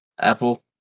Apple